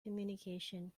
communication